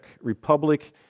Republic